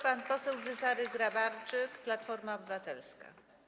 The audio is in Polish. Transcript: Pan poseł Cezary Grabarczyk, Platforma Obywatelska.